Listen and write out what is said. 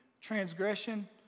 transgression